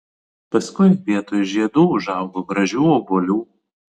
paskui vietoj žiedų užaugo gražių obuolių